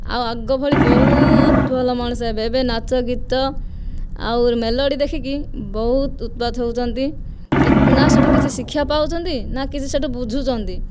ଆଉ ଆଗ ଭଳି ବହୁତ ଭଲ ମଣିଷ ହେବେ ଏବେ ନାଚ ଗୀତ ଆଉ ମେଲୋଡ଼ି ଦେଖିକି ବହୁତ ଉତ୍ପାତ ହେଉଛନ୍ତି ନା ସେଠୁ କିଛି ଶିକ୍ଷା ପାଉଛନ୍ତି ନା କିଛି ସେଠୁ ବୁଝୁଛନ୍ତି